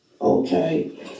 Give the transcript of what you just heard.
Okay